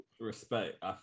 Respect